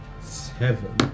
seven